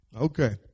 Okay